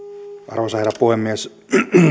arvoisa herra puhemies